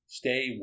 stay